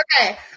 okay